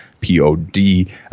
P-O-D